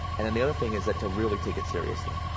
and then the other thing is that to really take it seriously.